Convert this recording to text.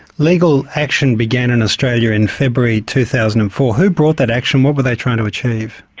legal action began in australia in february two thousand and four who brought that action, what were they trying to achieve?